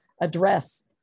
address